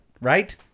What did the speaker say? Right